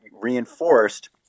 reinforced